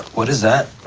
what is that,